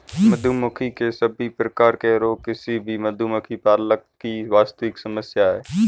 मधुमक्खी के सभी प्रकार के रोग किसी भी मधुमक्खी पालक की वास्तविक समस्या है